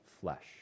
flesh